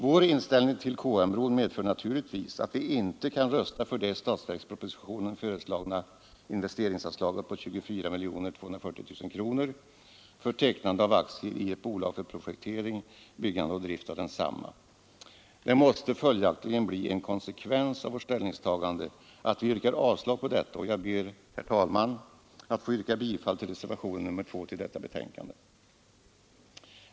Vår inställning till KM-bron medför naturligtvis att vi inte kan rösta för det i statsverkspropositionen föreslagna investeringsanslaget på 24 240 000 kronor för tecknande av aktier i ett bolag för projektering, byggande och drift av denna bro. Det måste följaktligen bli en konsekvens av vårt ställningstagande att vi yrkar avslag på detta, och jag ber, herr talman, att få yrka bifall till reservationen 2 vid betänkandet.